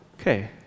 Okay